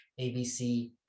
ABC